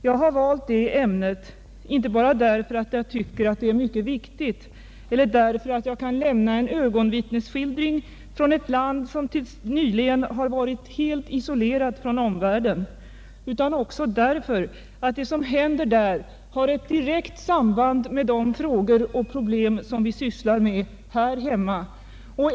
Jag har valt det ämnet, inte bara därför att jag tycker att det är mycket viktigt eller därför att jag kan lämna en ögonvittnesskildring från ett land, som tills nyligen har varit nästan helt isolerat från yttervärlden, utan också därför att det som händer där har ett direkt samband med de frågor och problem som vi sysslar med här hemma.